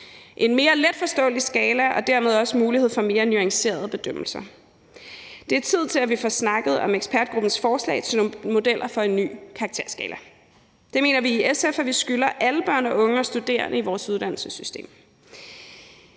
en mere letforståelig skala, og dermed bliver der også mulighed for mere nuancerede bedømmelser. Det er tid til, at vi får snakket om ekspertgruppens forslag til nogle modeller for en ny karakterskala. Det mener vi i SF at vi skylder alle børn og unge og studerende i vores uddannelsessystem.